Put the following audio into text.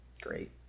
Great